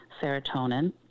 serotonin